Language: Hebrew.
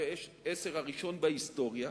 הראשון בהיסטוריה.